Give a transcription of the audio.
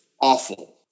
awful